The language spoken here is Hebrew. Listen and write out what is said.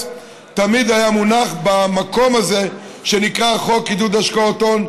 תמיד היה מונח במקום הזה שנקרא חוק עידוד השקעות הון,